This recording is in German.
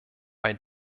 bei